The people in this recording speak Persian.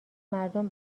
مردم